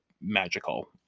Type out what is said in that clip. magical